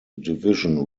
division